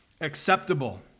acceptable